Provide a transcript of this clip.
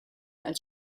als